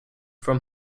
from